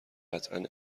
قطعا